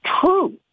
true